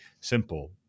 simple